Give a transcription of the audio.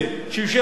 שהוא יושב-ראש.